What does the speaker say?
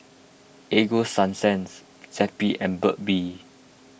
Ego Sunsense Zappy and Burt Bee